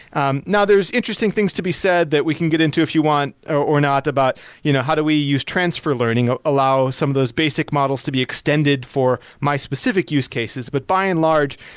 um now, there's interesting things to be said that we can get into if you want or or not about you know how do we use transfer learning, ah allow some those basic models to be extended for my specific use cases. but by and large,